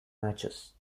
matches